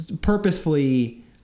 purposefully